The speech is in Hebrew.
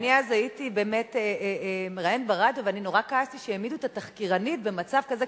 אני אז הייתי מראיינת ברדיו ונורא כעסתי שהעמידו את התחקירנית במצב כזה,